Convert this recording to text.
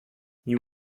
you